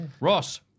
Ross